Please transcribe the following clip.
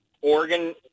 Oregon